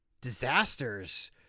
disasters